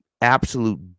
absolute